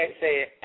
say